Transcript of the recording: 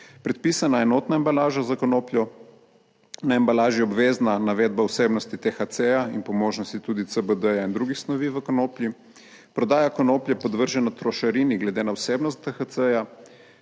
predpisana enotna embalaža za konopljo na embalaži je obvezna navedba vsebnosti THC in po možnosti tudi CBD in drugih snovi v konoplji, prodaja konoplje podvržena trošarini glede na vsebnost THC,